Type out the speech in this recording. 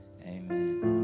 amen